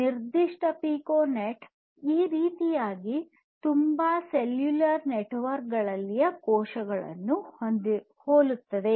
ನಿರ್ದಿಷ್ಟ ಪಿಕೊನೆಟ್ ಈ ರೀತಿಯಾಗಿ ತುಂಬಾ ಸೆಲ್ಯುಲಾರ್ ನೆಟ್ವರ್ಕ್ ನಲ್ಲಿನ ಕೋಶಗಳನ್ನು ಹೋಲುತ್ತದೆ